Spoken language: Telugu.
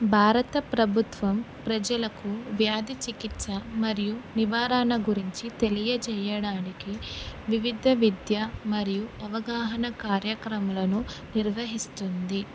భారత ప్రభుత్వం ప్రజలకు వ్యాధి చికిత్స మరియు నివారణ గురించి తెలియజేయడానికి వివిధ విద్య మరియు అవగాహన కార్యక్రమాలను నిర్వహిస్తుంది